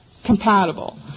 Compatible